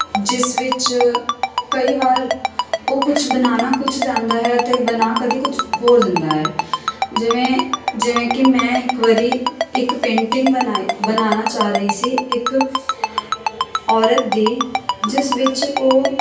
ਜਿਸ ਵਿੱਚ ਕਈ ਵਾਰ ਉਹ ਕੁਛ ਬਣਾਉਣਾ ਕੁਛ ਚਾਹੁੰਦਾ ਹੈ ਅਤੇ ਬਣਾ ਕਦੇ ਕੁਛ ਹੋਰ ਦਿੰਦਾ ਹੈ ਜਿਵੇਂ ਜਿਵੇਂ ਕਿ ਮੈਂ ਇੱਕ ਵਾਰ ਇੱਕ ਪੇਂਟਿੰਗ ਬਣਾਈ ਬਣਾਉਣਾ ਚਾਹ ਰਹੀ ਸੀ ਇੱਕ ਔਰਤ ਦੀ ਜਿਸ ਵਿੱਚ ਉਹ